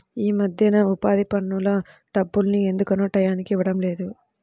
యీ మద్దెన ఉపాధి పనుల డబ్బుల్ని ఎందుకనో టైయ్యానికి ఇవ్వడం లేదు